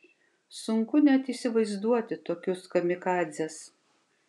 sunku net įsivaizduoti tokius kamikadzes